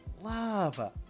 love